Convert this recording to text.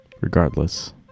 Regardless